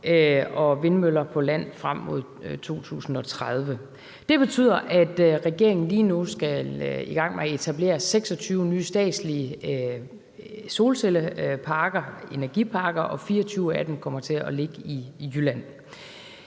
og vindmøller på land frem mod 2030. Det betyder, at regeringen lige nu skal i gang med at etablere 26 nye statslige solcelleparker, energiparker, og 24 af dem kommer til at ligge i Jylland.